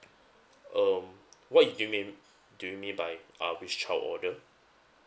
um what do you mean do you mean by uh which child order